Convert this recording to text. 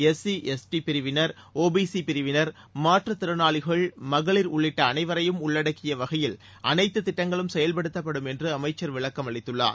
SC ST பிரிவினர் OBC பிரிவினர் மாற்றுத் திறனாளிகள் மகளிர் உள்ளிட்ட அனைவரையும் உள்ளடக்கிய வகையில் அனைத்து திட்டங்களும் செயல்படுத்தப்படும் என்று அமைச்சர் விளக்கம் அளித்துள்ளார்